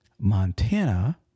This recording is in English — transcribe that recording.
Montana